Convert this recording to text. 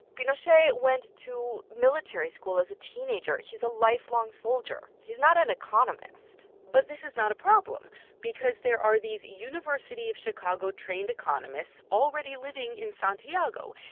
pinochet went to military school as a teenager. he's a lifelong soldier. he's not an economist but this is not a problem because there are these university-of-chicago-trained economists already living in santiago.